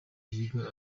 yiga